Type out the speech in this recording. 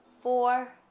four